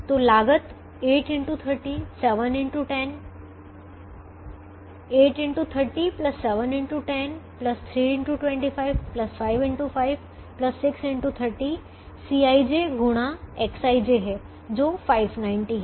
तो लागत 8 x 30 7 x 10 3 x 25 5 x 5 6 x 30 Cij गुणा Xij है जो 590 है